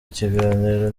ikiganiro